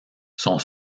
sont